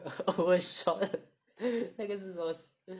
Overshot 那个是什么